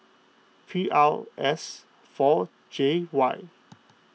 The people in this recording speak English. P R S four J Y